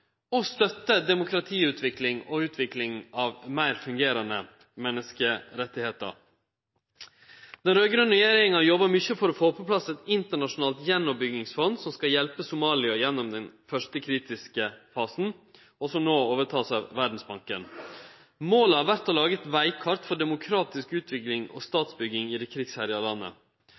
og støtte demokratiutvikling og utvikling av meir fungerande menneskerettar. Den raud-grøne regjeringa jobba mykje for å få på plass eit internasjonalt fond for gjenoppbygging som skal hjelpe Somalia gjennom den første kritiske fasen, og som no vert overteke av Verdsbanken. Målet har vore å lage eit vegkart for demokratisk utvikling og statsbygging i det krigsherja landet.